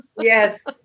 Yes